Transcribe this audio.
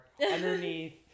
underneath